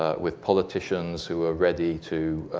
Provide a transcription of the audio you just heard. ah with politicians who are ready to,